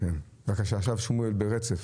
עכשיו ברצף.